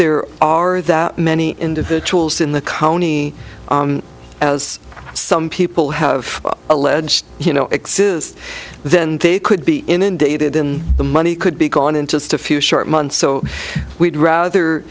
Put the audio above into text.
there are that many individuals in the county as some people have alleged you know then they could be inundated in the money could be gone in just a few short months so we'd rather